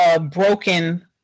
broken